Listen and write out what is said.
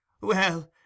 Well